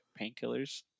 painkillers